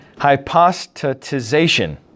hypostatization